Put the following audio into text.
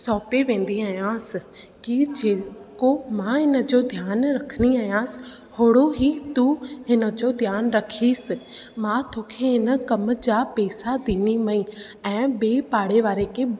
सौंपे वेंदी आयांसि की जेको मां हिन जो ध्यानु रखंदी आयांसि अहिड़ो ई तूं हिन जो रखीसि मां तोखे हिन कम जा पैसा ॾीन्दीमांइ ऐं बि पाड़ेवारे खे